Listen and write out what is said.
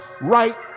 right